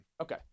Okay